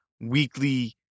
weekly